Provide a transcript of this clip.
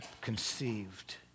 conceived